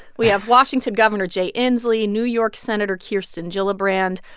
we have washington governor jay inslee, new york senator kirsten gillibrand,